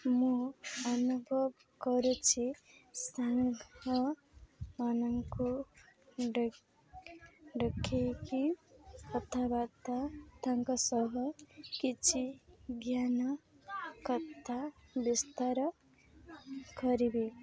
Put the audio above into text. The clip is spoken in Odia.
ମୁଁ ଅନୁଭବ କରୁଛି ସାଙ୍ଗମାନଙ୍କୁ ଡକେଇକି କଥାବାର୍ତ୍ତା ତାଙ୍କ ସହ କିଛି ଜ୍ଞାନ କଥା ବିସ୍ତାର କରିବି